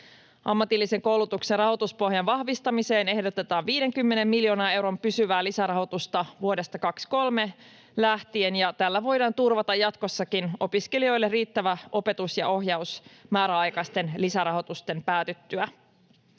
Ammatillisen koulutuksen rahoituspohjan vahvistamiseen ehdotetaan 50 miljoonan euron pysyvää lisärahoitusta vuodesta 23 lähtien, ja tällä voidaan turvata jatkossakin opiskelijoille riittävä opetus ja ohjaus määräaikaisten lisärahoitusten päätyttyä.